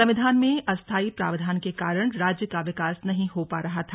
संविधान में अस्थायी प्रावधान के कारण राज्य का विकास नहीं हो पा रहा था